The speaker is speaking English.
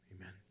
Amen